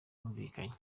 bumvikanye